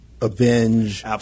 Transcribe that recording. avenge